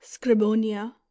scribonia